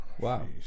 Wow